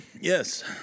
yes